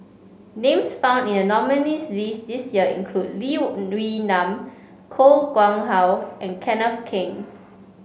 names found in the nominees' list this year include Lee Wee Nam Koh Nguang How and Kenneth Keng